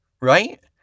right